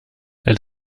elle